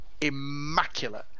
immaculate